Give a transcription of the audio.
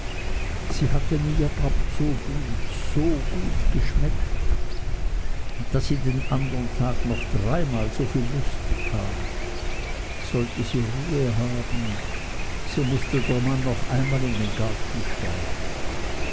sie hatten ihr aber so gut so gut geschmeckt daß sie den andern tag noch dreimal soviel lust bekam sollte sie ruhe haben so mußte der mann noch einmal in den garten steigen